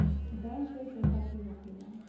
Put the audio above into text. bank कई प्रकार के होखेला